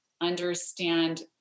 understand